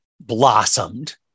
Blossomed